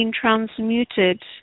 transmuted